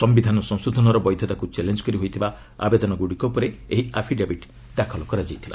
ସମ୍ଭିଧାନ ସଂଶୋଧନର ବୈଧତାକୁ ଚ୍ୟାଳେଞ୍ଜ୍ କରି ହୋଇଥିବା ଆବେଦନଗୁଡ଼ିକ ଉପରେ ଏହି ଆଫିଡେବିଟ୍ ଦାଖଲ କରାଯାଇଥିଲା